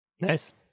nice